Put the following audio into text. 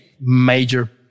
major